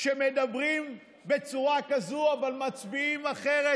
שמדברים בצורה כזאת אבל מצביעים אחרת.